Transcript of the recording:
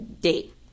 date